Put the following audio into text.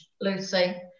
Lucy